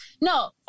No